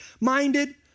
minded